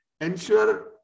ensure